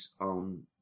on